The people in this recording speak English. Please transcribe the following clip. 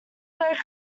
were